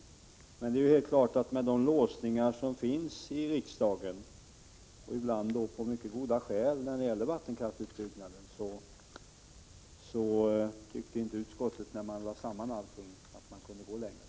Men det är ju helt klart att med de låsningar som finns i riksdagen när det gäller vattenkraftsutbyggnaden, ibland av mycket goda skäl, tyckte vi inte, när vi lade samman allting, att vi kunde gå längre.